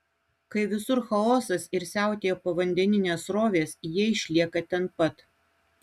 kai visur chaosas ir siautėja povandeninės srovės jie išlieka ten pat